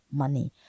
money